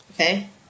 Okay